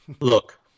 look